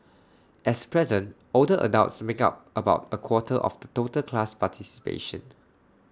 as present older adults make up about A quarter of the total class participation